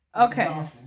Okay